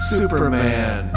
Superman